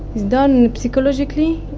he's done, psychologically.